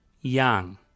young